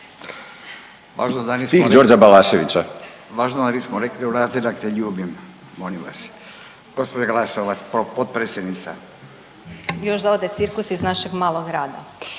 od Đorđa Balaševića.